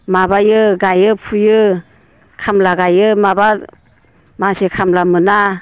माबायो गायो फुयो खामला गायो माबा मानसि खामला मोना